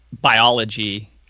biology